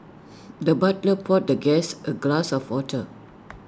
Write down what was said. the butler poured the guest A glass of water